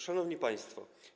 Szanowni Państwo!